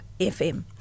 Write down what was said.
FM